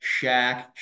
Shaq